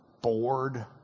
bored